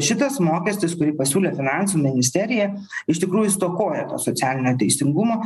šitas mokestis kurį pasiūlė finansų ministerija iš tikrųjų stokoja socialinio teisingumo